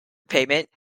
pavement